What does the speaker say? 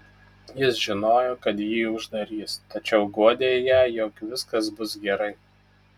jis žinojo kad jį uždarys tačiau guodė ją jog viskas bus gerai